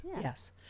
Yes